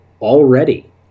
already